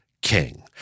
king